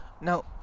Now